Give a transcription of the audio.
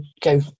go